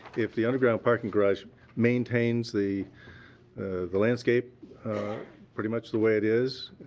if the underground parking garage maintains the the landscape pretty much the way it is,